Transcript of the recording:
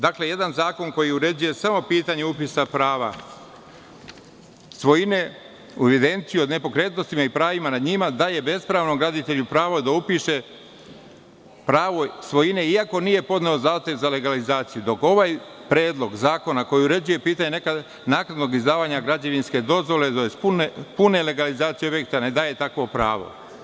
Dakle jedan zakon koji uređuje samo pitanje upisa prava svojine u evidenciju o nepokretnostima i pravima nad njima daje bespravnom graditelju pravo da upiše pravo svojine iako nije podneo zahtev za legalizaciju, dok Predlog zakona uređuje pitanje naknadnog izdavanja građevinske dozvole tj. pune legalizacije objekta ne daje takva pravo.